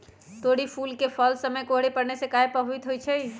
तोरी फुल के समय कोहर पड़ने से काहे पभवित होई छई?